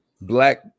black